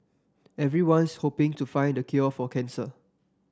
everyone's hoping to find the cure for cancer